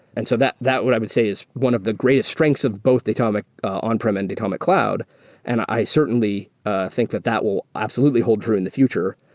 and so that that what i would say is one of the greatest strengths of both datomic on-prem and datomic cloud and i certainly ah think that that will absolutely hold true in the future.